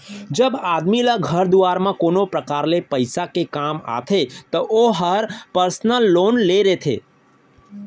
जब आदमी ल घर दुवार म कोनो परकार ले पइसा के काम आथे त ओहर पर्सनल लोन ले लेथे